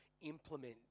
implement